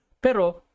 Pero